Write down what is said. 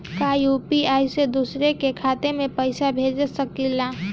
का यू.पी.आई से दूसरे के खाते में पैसा भेज सकी ले?